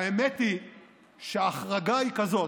האמת היא שההחרגה היא כזאת: